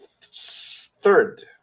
third